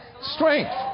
Strength